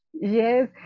Yes